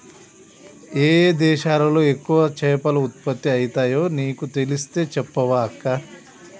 ఏయే దేశాలలో ఎక్కువ చేపలు ఉత్పత్తి అయితాయో నీకు తెలిస్తే చెప్పవ అక్కా